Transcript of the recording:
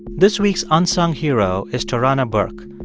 this week's unsung hero is tarana burke.